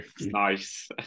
nice